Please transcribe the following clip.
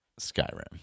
Skyrim